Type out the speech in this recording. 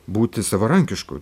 būti savarankišku